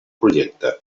projecte